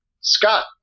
scott